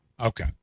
Okay